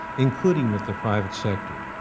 including with the private sector.